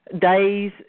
days